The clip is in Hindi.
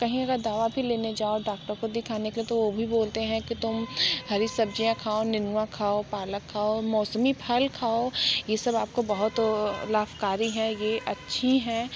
कहेगा दवा भी लेने जाओ डॉक्टर को दिखाने के तो ओ भी बोलते हैं कि तुम हरी सब्ज़ियाँ खाओ नेनुआ खाओ पालक खाओ मौसमी फल खाओ ये सब आपको बहुत लाभकारी हैं ये अच्छी हैं